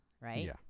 right